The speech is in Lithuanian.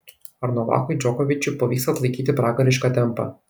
ar novakui džokovičiui pavyks atlaikyti pragarišką tempą